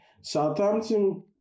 Southampton